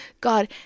God